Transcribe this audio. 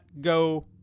go